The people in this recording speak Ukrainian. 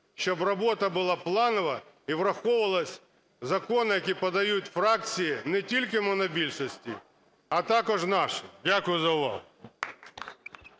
щоб робота була планова і враховувались закони, які подають фракції, не тільки монобільшості, а також наші. Дякую за увагу.